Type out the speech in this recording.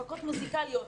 הפקות מוזיקליות,